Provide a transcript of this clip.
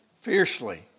fiercely